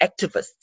activists